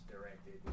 directed